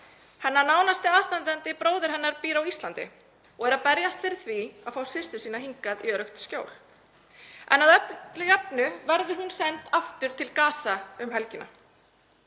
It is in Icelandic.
Hennar nánasti aðstandandi, bróðir hennar, býr á Íslandi og er að berjast fyrir því að fá systur sína hingað í öruggt skjól en að öllu óbreyttu verður hún send aftur til Gaza um helgina.